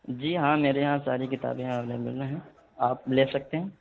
جی ہاں میرے یہاں ساری کتابیں اویلیبل ہیں آپ لے سکتے ہیں